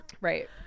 Right